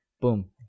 boom